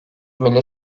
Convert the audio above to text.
milli